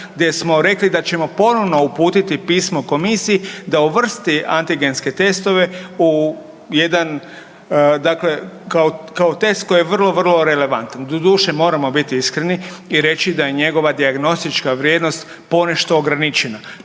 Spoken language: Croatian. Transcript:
gdje smo rekli da ćemo ponovno uputiti pismo komisiji da uvrsti antigenske testove u jedan, dakle kao, kao test koji je vrlo, vrlo relevantan. Doduše, moramo biti iskreni i reći da je njegova dijagnostička vrijednost ponešto ograničena,